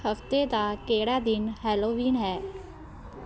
ਹਫ਼ਤੇ ਦਾ ਕਿਹੜਾ ਦਿਨ ਹੈਲੋਵੀਨ ਹੈ